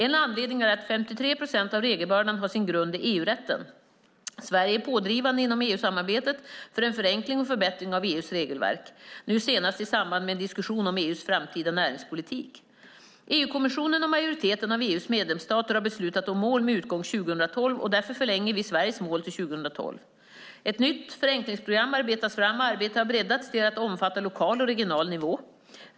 En anledning är att 53 procent av regelbördan har sin grund i EU-rätten. Sverige är pådrivande inom EU-samarbetet för en förenkling och förbättring av EU:s regelverk, nu senast i samband med en diskussion om EU:s framtida näringspolitik. EU-kommissionen och majoriteten av EU:s medlemsstater har beslutat om mål med utgång 2012. Därför förlänger vi Sveriges mål till 2012. Ett nytt förenklingsprogram arbetas fram, och arbetet har breddats till att omfatta lokal och regional nivå.